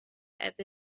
het